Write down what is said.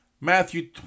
Matthew